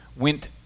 went